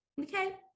okay